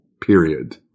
period